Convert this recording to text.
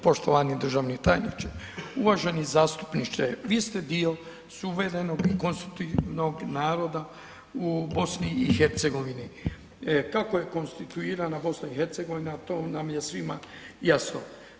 Poštovani državni tajniče, uvaženi zastupniče, vi ste dio suverenog i konstitutivnog naroda u BiH, kako je konstituirana BiH to nam je svima jasno.